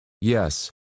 Yes